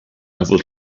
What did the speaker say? eiffel